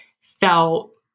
felt